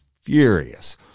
furious